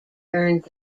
earned